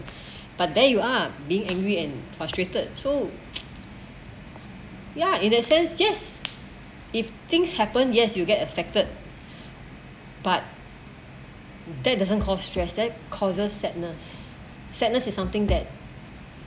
but there you are being angry and frustrated so ya in that sense yes if things happen yes you get affected but that doesn't call stressed that causes sadness sadness is something that